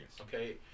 okay